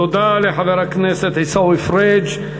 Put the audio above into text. תודה לחבר הכנסת עיסאווי פריג'.